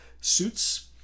suits